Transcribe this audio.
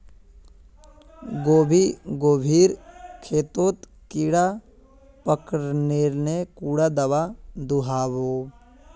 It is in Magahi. गोभी गोभिर खेतोत कीड़ा पकरिले कुंडा दाबा दुआहोबे?